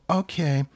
okay